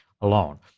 alone